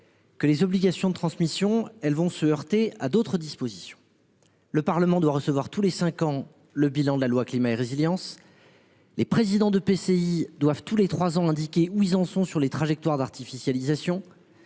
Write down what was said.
Que les obligations de transmission, elles vont se heurter à d'autres dispositions. Le Parlement doit recevoir tous les 5 ans. Le bilan de la loi climat et résilience. Les présidents d'EPCI doivent tous les 3 ans indiquer où ils en sont sur les trajectoires d'artificialisation.